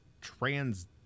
trans